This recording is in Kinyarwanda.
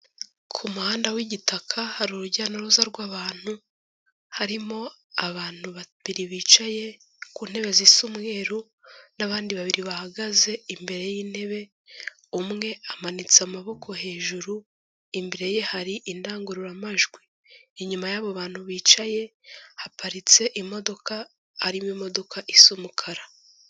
Ku muhanda w'igitaka hari urujya n'uruza rw'abantu harimo abantu 2 bicaye ku ntebe zi'icmweru n'abandi 2 bahagaze imbere y'intebe 1 amanitse amaboko hejuru imbere ye hari indangururamajwi inyuma y'abantu bicaye haparitse imodoka arimo imodokasa umukara.